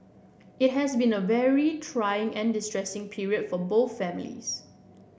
it has been a very trying and distressing period for both families